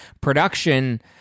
production